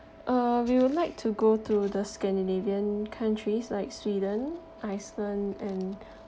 uh we will like to go to the scandinavian countries like sweden iceland and